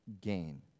gain